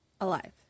Alive